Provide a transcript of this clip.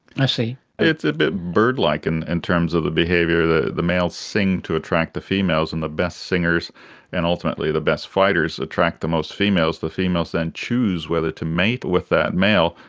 ah it's a bit birdlike and in terms of the behaviour. the the males sing to attract the females, and the best singers and ultimately the best fighters attract the most females. the females then choose whether to mate with that male,